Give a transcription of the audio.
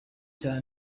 cya